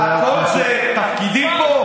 חבר הכנסת, הכול זה תפקידים פה?